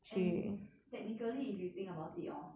and technically if you think about it hor